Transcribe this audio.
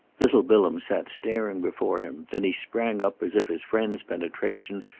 little bilham sat staring before him then he sprang up as if his friend's penetration,